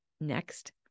next